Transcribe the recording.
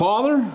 Father